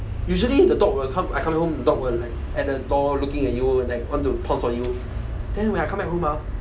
usually the dog will come I come home the dog will like at the door looking at you like want to pounce on you then when I come back home ah